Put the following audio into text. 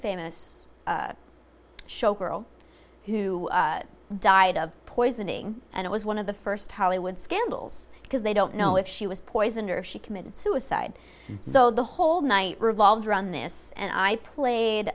famous show girl who died of poisoning and it was one of the first hollywood scandals because they don't know if she was poisoned or she committed suicide so the whole night revolved around this and i played